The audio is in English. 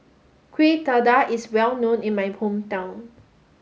Kuih Dadar is well known in my hometown